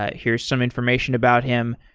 ah here's some information about him.